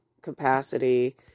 capacity